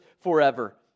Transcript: forever